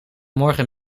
morgen